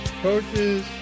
coaches